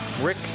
Rick